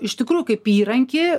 iš tikrųjų kaip įrankį